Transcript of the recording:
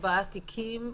24,000 תיקים,